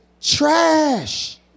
trash